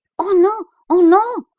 oh, no! oh, no!